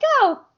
go